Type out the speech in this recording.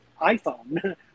iphone